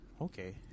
Okay